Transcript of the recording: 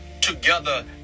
together